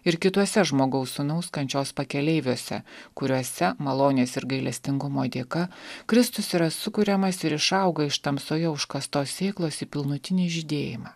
ir kituose žmogaus sūnaus kančios pakeleiviuose kuriuose malonės ir gailestingumo dėka kristus yra sukuriamas ir išauga iš tamsoje užkastos sėklos į pilnutinį žydėjimą